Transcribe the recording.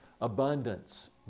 abundance